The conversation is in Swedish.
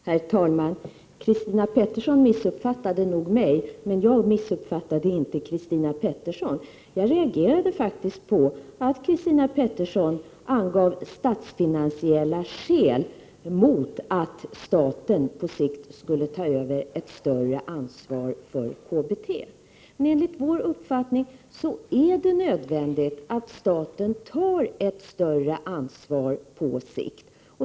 Herr talman! Christina Pettersson missuppfattade nog mig, men jag missuppfattade inte Christina Pettersson. Jag reagerade faktiskt på att Christina Pettersson angav statsfinansiella skäl mot att staten på sikt skulle ta över ett större ansvar för KBT. Enligt vår uppfattning är det nödvändigt att staten tar ett större ansvar på sikt.